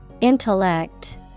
Intellect